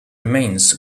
remains